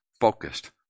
focused